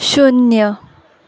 शुन्य